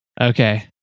Okay